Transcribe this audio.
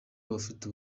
abafite